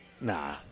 nah